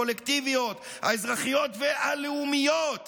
הקולקטיביות, האזרחיות והלאומיות